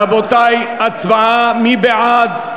רבותי, הצבעה, מי בעד?